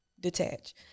Detach